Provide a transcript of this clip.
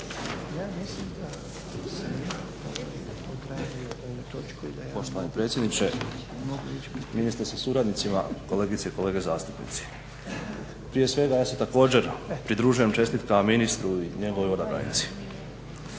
Igor (HDSSB)** Poštovani predsjedniče, ministre sa suradnicima, kolegice i kolege zastupnici. Prije svega ja se također pridružujem čestitkama ministru i njegovoj odabranici.